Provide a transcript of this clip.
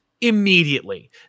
immediately